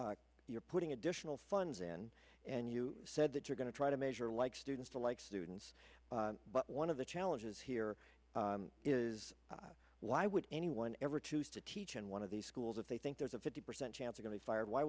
that you're putting additional funds in and you said that you're going to try to measure like students to like students but one of the challenges here is why would anyone ever choose to teach in one of these schools if they think there's a fifty percent chance are going to be fired why